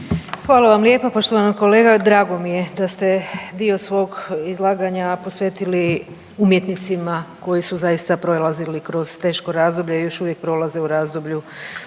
Hvala vam lijepa. Poštovani kolega. Drago mi je da ste dio svog izlaganja posvetili umjetnicima koji su zaista prolazili kroz teško razdoblje i još uvijek prolaze u razdoblju